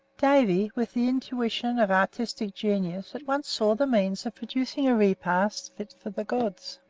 davy, with the intuition of artistic genius, at once saw the means of producing a repast fit for the gods.